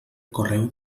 correu